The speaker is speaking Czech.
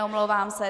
Omlouvám se.